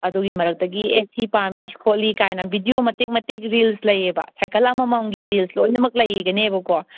ꯑꯗꯨꯒꯤ ꯃꯔꯛꯇꯒꯤ ꯑꯦ ꯁꯤ ꯄꯥꯝꯃꯤ ꯈꯣꯠꯂꯤꯒꯥꯏꯅ ꯕꯤꯗꯤꯑꯣ ꯃꯇꯦꯛ ꯃꯇꯦꯛ ꯔꯤꯜꯁ ꯂꯩꯌꯦꯕ ꯁꯥꯏꯀꯜ ꯑꯃꯃꯝꯒꯤ ꯔꯤꯜꯁ ꯂꯣꯏꯅꯃꯛ ꯂꯩꯒꯅꯦꯕꯀꯣ